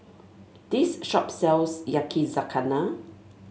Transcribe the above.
this shop sells Yakizakana